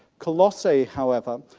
colossae, however,